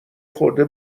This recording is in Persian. خورده